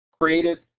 created